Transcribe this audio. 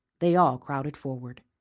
they all crowded forward.